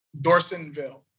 Dorsonville